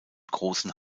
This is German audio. großen